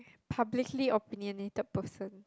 publicly opinionated person